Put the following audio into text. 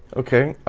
okay.